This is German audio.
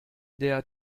der